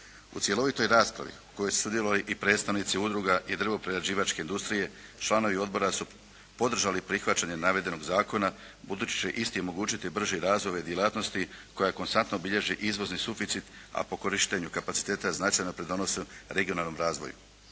U cjelovitoj raspravi u kojoj su sudjelovali i predstavnici udruga i drvoprerađivačke industrije, članovi odbora su podržali prihvaćanje navedenog zakona budući će isti omogućiti brži razvoj ove djelatnosti koja konstantno bilježi izvozni suficit, a po korištenju kapaciteta značajno pridonosi regionalnom razvoju.